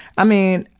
i mean,